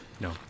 No